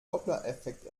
dopplereffekt